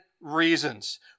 reasons